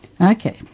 Okay